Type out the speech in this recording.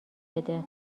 بده